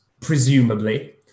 presumably